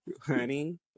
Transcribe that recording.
Honey